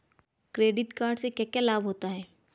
Credit card से क्या क्या लाभ होता है?